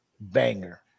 Banger